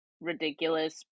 ridiculous